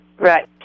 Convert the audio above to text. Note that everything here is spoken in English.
Right